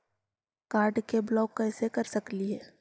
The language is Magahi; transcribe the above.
कार्ड के ब्लॉक कैसे कर सकली हे?